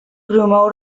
promou